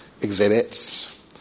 exhibits